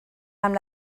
amb